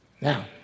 Now